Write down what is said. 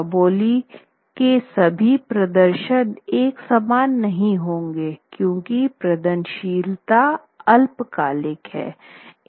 चौबोली के सभी प्रदर्शन एक समान नहीं होंगे क्योंकि प्रदर्शनशीलता अल्पकालिक है